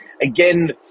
Again